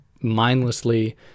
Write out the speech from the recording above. mindlessly